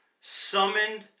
summoned